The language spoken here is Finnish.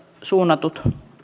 suunnatut